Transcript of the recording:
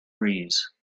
breeze